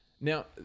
Now